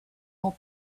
more